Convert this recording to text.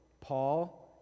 Paul